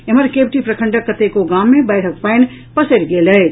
एम्हर केवटी प्रखंडक कतेको गाम मे बाढ़िक पानि पसरि गेल अछि